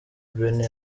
benny